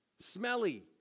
smelly